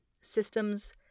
systems